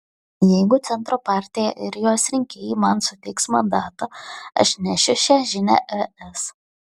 jeigu centro partija ir jos rinkėjai man suteiks mandatą aš nešiu šią žinią es